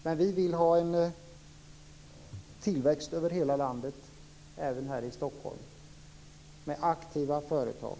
Men vi vill ha en tillväxt över hela landet - även här i Stockholm - med aktiva företag.